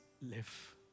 live